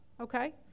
Okay